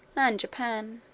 and japan.